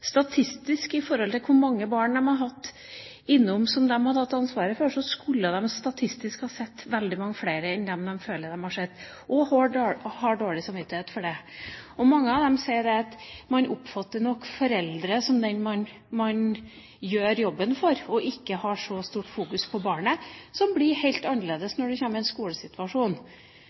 statistisk sett, i forhold til hvor mange barn de har hatt ansvaret for, så skulle de ha sett veldig mange flere enn dem de føler at de har sett, og de har dårlig samvittighet for det. Mange av dem sier at de oppfatter det slik at det er foreldrene man gjør jobben for, og at en ikke har så stort fokus på barnet. Det blir helt annerledes når du kommer i en skolesituasjon.